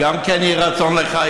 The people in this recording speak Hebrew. כן יהי רצון לך,